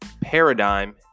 paradigm